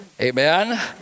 amen